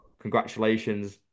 Congratulations